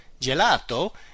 Gelato